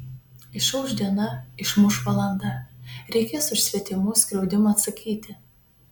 išauš diena išmuš valanda reikės už svetimų skriaudimą atsakyti